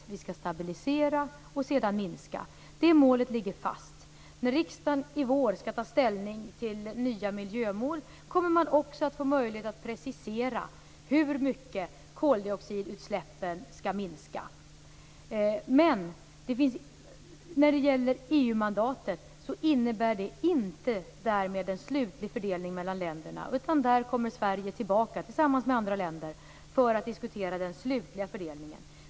Vi skall stabilisera och sedan minska. Det målet ligger fast. När riksdagen i vår skall ta ställning till nya miljömål kommer det också att bli möjligt att precisera hur mycket koldioxidutsläppen skall minska. Men när det gäller EU mandatet innebär det därmed inte en slutlig fördelning mellan länderna, utan där kommer Sverige tillbaka tillsammans med andra länder för att diskutera den slutliga fördelningen.